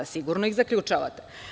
Sigurno ih zaključavate.